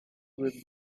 with